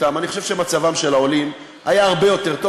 אני חושב שמצבם של העולים היה הרבה יותר טוב.